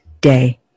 day